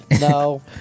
no